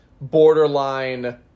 borderline